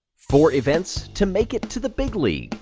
four events to make it to the big league,